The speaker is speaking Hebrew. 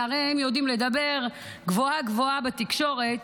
שהרי הם יודעים לדבר גבוהה-גבוהה בתקשורת,